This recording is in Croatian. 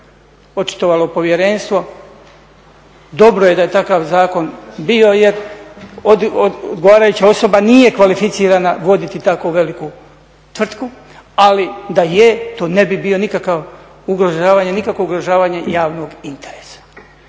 očitovalo povjerenstvo, dobro je da je takav zakon bio jer odgovarajuća osoba nije kvalificirana voditi tako veliku tvrtku, ali da je to ne bi bilo nikakvo ugrožavanje javnog interesa.